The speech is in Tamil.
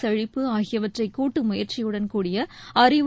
செழிப்பு ஆகியவற்றை கூட்டு முயற்சியுடன் கூடிய அறிவு